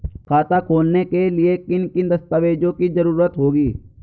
खाता खोलने के लिए किन किन दस्तावेजों की जरूरत होगी?